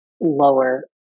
lower